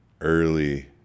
early